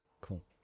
Cool